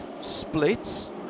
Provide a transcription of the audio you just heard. splits